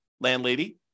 landlady